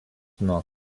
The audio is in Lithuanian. nuo